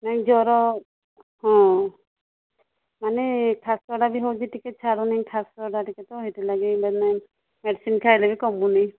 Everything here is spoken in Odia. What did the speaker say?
ନାଇଁ ଜ୍ୱର ହଁ ମାନେ ଖାସଟା ବି ହେଉଛି ଟିକିଏ ଛାଡ଼ୁନାଇଁ ଖାସଟା ଟିକିଏ ତ ସେଥିର୍ଲାଗି ଯେତେ ମୁଁ ମେଡ଼ିସିନ୍ ଖାଇଲେ ବି କମୁନାଇଁ